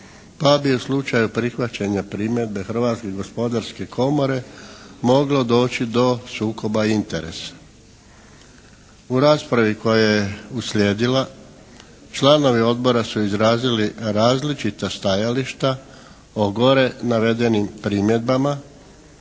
pa bi u slučaju prihvaćanja primjedbe Hrvatske gospodarske komore moglo doći do sukoba interesa. U raspravi koja je uslijedila članovi odbora su izrazili različita stajališta o gore navedenim primjedbama